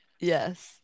Yes